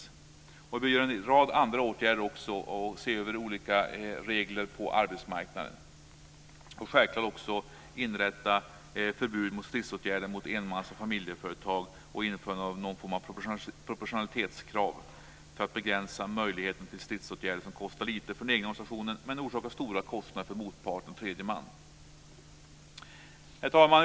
Vi vill också vidta en rad andra åtgärder och se över olika regler på arbetsmarknaden. Självklart vill vi inrätta ett förbud mot stridsåtgärder mot enmans och familjeföretag samt införa någon form av proportionalitetskrav för att begränsa möjligheten till stridsåtgärder som kostar lite för den egna organisationen men som orsakar stora kostnader för motparten och tredje man. Herr talman!